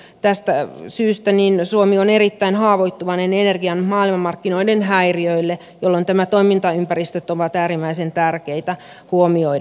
tästä syystä suomi on erittäin haavoittuvainen energian maailmanmarkkinoiden häiriöille jolloin nämä toimintaympäristöt on äärimmäisen tärkeää huomioida